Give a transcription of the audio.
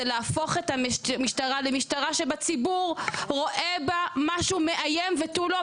זה להפוך את המשטרה למשטרה שבציבור רואה בה משהו מאיים ותו לא.